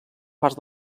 parts